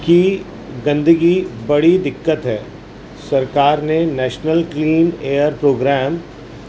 کی گندگی بڑی دقت ہے سرکار نے نیشنل کلین ایئر پروگرام